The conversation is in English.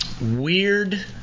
Weird